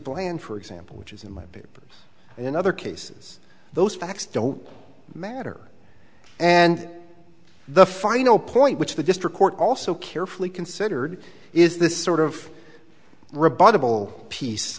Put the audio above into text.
bland for example which is in my papers and in other cases those facts don't matter and the final point which the district court also carefully considered is this sort of rebuttable piece